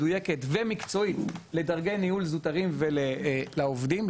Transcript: מדויקת ומקצועית לדרגי ניהול זוטרים ולעובדים,